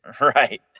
Right